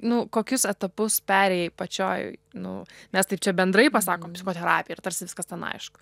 nu kokius etapus perėjai pačioj nu mes taip čia bendrai pasakom psichoterapija ir tarsi viskas ten aišku